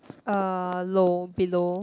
uh low below